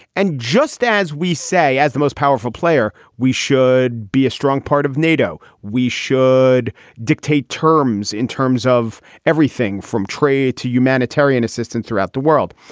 and just as we say, as the most powerful player, we should be a strong part of nato. we should dictate terms in terms of everything from trade to humanitarian assistance throughout the world.